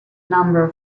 number